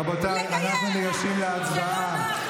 רבותיי, אנחנו ניגשים להצבעה.